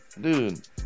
dude